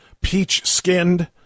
peach-skinned